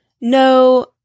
no